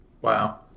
Wow